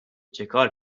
چکار